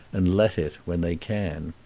and let it when they can.